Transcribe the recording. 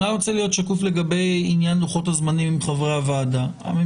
אני רוצה להיות שקוף עם חברי הוועדה לגבי עניין לוחות הזמנים.